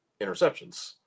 interceptions